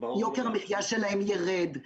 יוקר המחיה שלהם יירד,